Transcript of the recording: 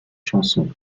chansons